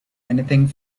anything